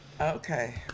Okay